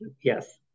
yes